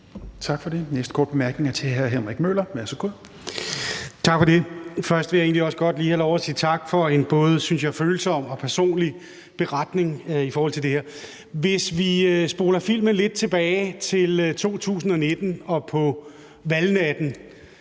det. Den næste korte bemærkning er til hr. Henrik Møller. Værsgo. Kl. 16:52 Henrik Møller (S): Tak for det. Først vil jeg egentlig også godt lige have lov at sige tak for en – synes jeg – både følsom og personlig beretning i forhold til det her. Hvis vi spoler filmen lidt tilbage til 2019 på valgnatten,